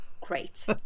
great